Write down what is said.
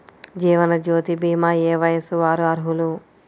జీవనజ్యోతి భీమా ఏ వయస్సు వారు అర్హులు?